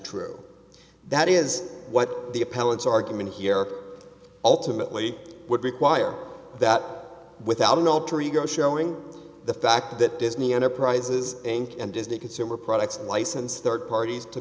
true that is what the appellate argument here ultimately would require that without an alter ego showing the fact that disney enterprises inc and disney consumer products licensed third parties to